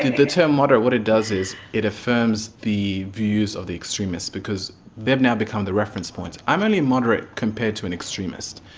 the term moderate, what it does is it affirms the views of the extremists because they've now become the reference points. i'm only moderate compared to an extremist.